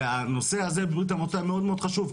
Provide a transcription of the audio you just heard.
והנושא הזה בברית המועצות מאוד מאוד חשוב.